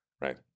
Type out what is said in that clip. right